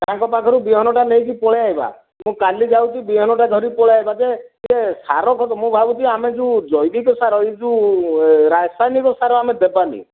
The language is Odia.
ତାଙ୍କ ପାଖରୁ ବିହନଟା ନେଇକି ପଳେଇଆସିବା ମୁଁ କାଲି ଯାଉଚି ବିହନ ଟା ଧରିକି ପଳେଇଆସିବା ଯେ ହେଲେ ସାର ଖତ ମୁଁ ଭାବୁଛି ଆମେ ଯେଉଁ ଜୈବିକ ସାର ଏ ଯୋଉ ରାସାୟନିକ ସାର ଆମେ ଦେବାନି